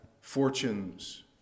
fortunes